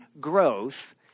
growth